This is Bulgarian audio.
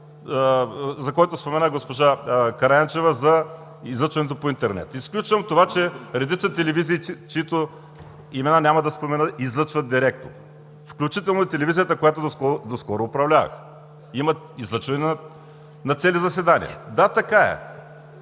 за който спомена госпожа Караянчева – излъчването по интернет. Изключвам това, че редица телевизии, чиито имена няма да споменавам, излъчват директно, включително и телевизията, която доскоро управлявах има излъчване на цели заседания. (Реплика.)